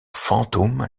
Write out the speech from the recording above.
fantôme